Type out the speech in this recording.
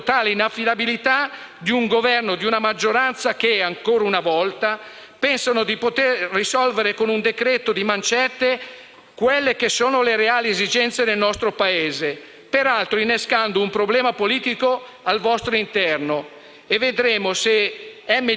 di mancette le reali esigenze del nostro Paese, peraltro innescando un problema politico al vostro interno. Vedremo se MDP voterà la fiducia oppure si assenterà, dovendo digerire i *voucher* dopo aver minacciato degli sfracelli.